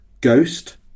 ghost